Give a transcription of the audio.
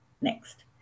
Next